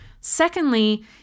Secondly